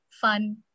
fun